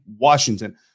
Washington